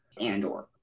Andor